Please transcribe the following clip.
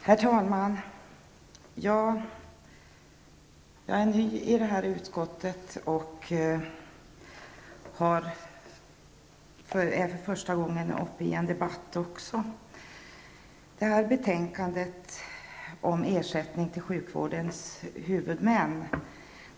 Herr talman! Jag är ny i socialförsäkringsutskottet, och det är första gången jag är uppe i en debatt för det utskottet. Det betänkande vi nu behandlar avser ersättning till sjukvårdens huvudmän.